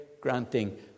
granting